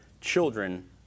children